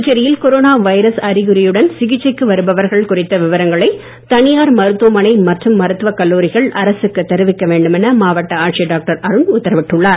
புதுச்சேரியில் corona virus அறிகுறியுடன் சிகிச்சைக்கு வருபவர்கள் குறித்த விவரங்களை தனியார் மருத்துவமனை மற்றும் மருத்துவ கல்லூரிகள் அரசுக்கு தெரிவிக்க வேண்டும் என மாவட்ட ஆட்சியர் டாக்டர் அருண் உத்தரவிட்டுள்ளார்